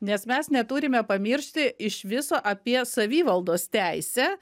nes mes neturime pamiršti iš viso apie savivaldos teisę